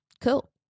Cool